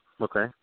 Okay